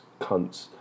cunts